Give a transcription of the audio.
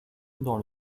dans